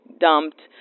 dumped